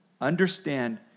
understand